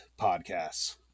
podcasts